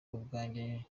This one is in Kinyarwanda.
ubwanjye